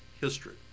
history